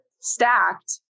stacked